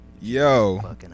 Yo